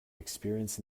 experience